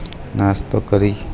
નાસ્તો કરી